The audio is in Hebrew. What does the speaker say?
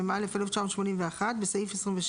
התשמ"א-1981, בסעיף 26